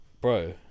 Bro